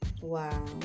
wow